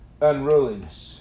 Unruliness